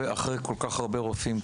אחרי כל כך הרבה רופאים,